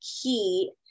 key